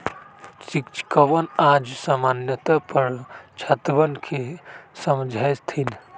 शिक्षकवन आज साम्यता पर छात्रवन के समझय थिन